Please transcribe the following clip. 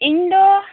ᱤᱧ ᱫᱚ